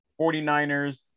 49ers